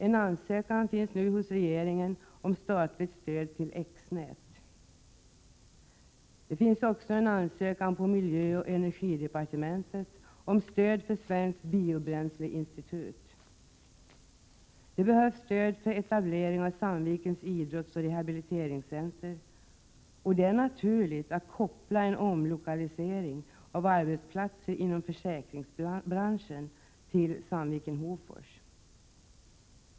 En ansökan finns hos regeringen om statligt stöd till X-nät. Det finns också en ansökan hos miljöoch energidepartementet om stöd för Svenskt biobränsleinstitut. Det behövs stöd för etablering av Sandvikens idrottsoch rehabiliteringscenter. Det är naturligt att koppla en omlokalisering av arbetsplatser inom försäkringsbranschen till Sandviken/Hofors.